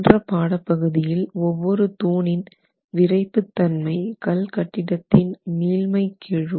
சென்ற பாடப் பகுதியில் ஒவ்வொரு தூணின் விறைப்புத்தன்மை கல் கட்டிடத்தின் மீள்மைக் கெழு